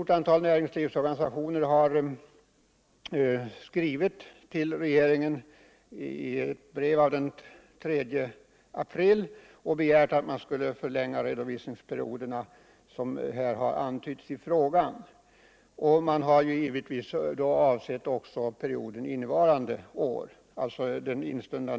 Ett flertal näringslivsorganisationer har i ett brev till regeringen av den 3 april begärt att redovisningsperioderna skall förlängas på det sätt som antytts i min fråga. Därvid har givetvis också avsetts den redovisningsperiod som slutar den 5 augusti innevarande år.